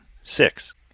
Six